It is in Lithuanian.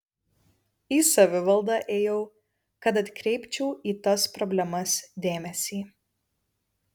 į savivaldą ėjau kad atkreipčiau į tas problemas dėmesį